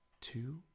two